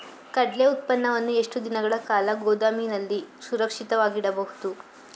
ಕಡ್ಲೆ ಉತ್ಪನ್ನವನ್ನು ಎಷ್ಟು ದಿನಗಳ ಕಾಲ ಗೋದಾಮಿನಲ್ಲಿ ಸುರಕ್ಷಿತವಾಗಿ ಇಡಬಹುದು?